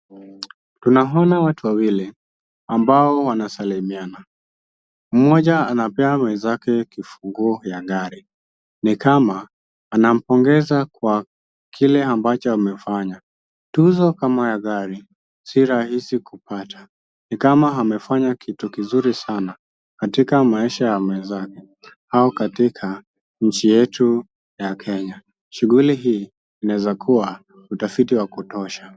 Tunaaona watu wawili ambao wanasalimiana. Mmoja anapea mwenzake kifunguo ya gari, ni kama anampongeza kwa kile ambacho amefanya. Tuzo kama ya gari si rahisi kupata. Nikama amefanya kitu kizuri sana, katika maisha ya mwenzake au katika nchi yetu ya Kenya. Shughuli hii inaweza kuwa utafiti wa kutosha.